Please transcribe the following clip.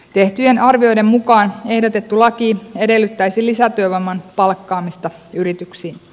tehtyjen arvioiden mukaan ehdotettu laki edellyttäisi lisätyövoiman palkkaamista yrityksiin